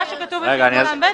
מה שכתוב בסעיף קטן (ב),